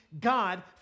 God